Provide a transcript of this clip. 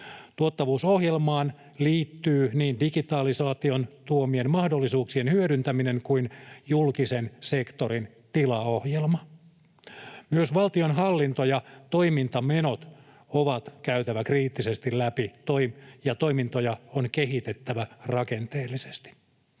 Tuottavuusohjelmaan liittyy niin digitalisaation tuomien mahdollisuuksien hyödyntäminen kuin julkisen sektorin tilaohjelma. Myös valtionhallinnon toimintamenot on käytävä kriittisesti läpi, ja toimintoja on kehitettävä rakenteellisesti.